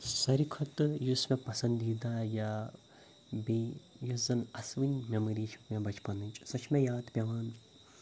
ساروٕے کھۄتہٕ یُس مےٚ پَسَنٛدیٖدا یا بییہِ یُس زَن اَسوٕنۍ مٮ۪مٕری چھِ مےٚ بَچپَنٕچ سۄ چھِ مےٚ یاد پٮ۪وان